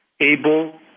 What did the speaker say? able